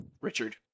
Richard